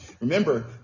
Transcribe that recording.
Remember